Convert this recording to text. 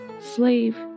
Slave